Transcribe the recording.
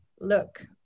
look